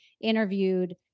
interviewed